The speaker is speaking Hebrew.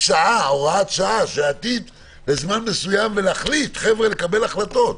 הוראת שעה - לזמן מסוים ולקבל החלטות.